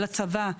לצבא,